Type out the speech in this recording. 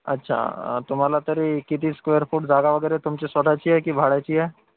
अच्छा तुम्हाला तरी किती स्क्वेअर फूट जागा वगैरे तुमची स्वत ची आहे की भाड्याची आहे